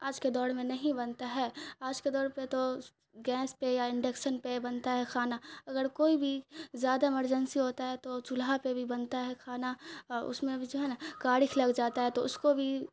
آج کے دور میں نہیں بنتا ہے آج کے دور پہ تو گیس پہ یا انڈکسن پہ بنتا ہے کھانا اگر کوئی بھی زیادہ ایمرجنسی ہوتا ہے تو چولہا پہ بھی بنتا ہے کھانا اور اس میں بھی جو ہے نا کالکھ لگ جاتا ہے تو اس کو بھی